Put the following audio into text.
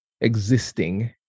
existing